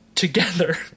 Together